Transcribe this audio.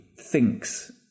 thinks